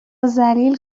ذلیل